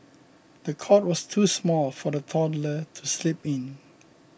the cot was too small for the toddler to sleep in